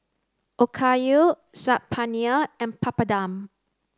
Okayu Saag Paneer and Papadum